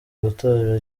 gutorera